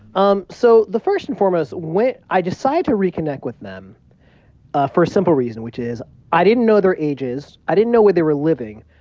um so the first and foremost i decide to reconnect with them ah for a simple reason, which is i didn't know their ages. i didn't know where they were living.